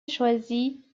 choisi